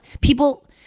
people